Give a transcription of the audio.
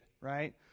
right